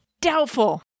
doubtful